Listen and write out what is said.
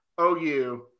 OU